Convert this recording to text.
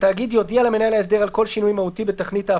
התאגיד לא יקיים את חיוביו לפי החוזה בתקופת עיכוב